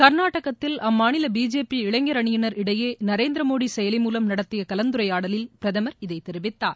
கர்நாடகத்தில் அம்மாநில பிஜேபி இளைஞர் அணியினர் இடையே நரேந்திர மோடி செயலி மூலம் நடத்திய கலந்துரையாடலில் பிரதமர் இதை தெரிவித்தார்